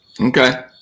Okay